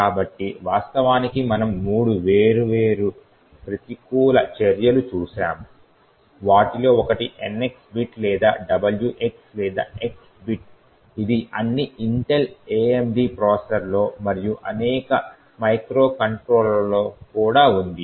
కాబట్టి వాస్తవానికి మనము మూడు వేర్వేరు ప్రతికూల చర్యలు చూశాము వాటిలో ఒకటి NX బిట్ లేదా WX లేదా X బిట్ ఇది అన్ని ఇంటెల్ AMD ప్రాసెసర్లలో మరియు అనేక మైక్రోకంట్రోలర్లలో కూడా ఉంది